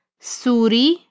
Suri